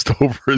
over